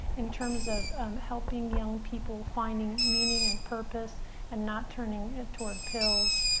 in terms of helping young people finding meaning and purpose and not turning ah toward pills.